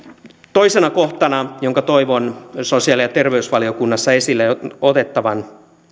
toisena kohtana jonka toivon sosiaali ja terveysvaliokunnassa esille otettavan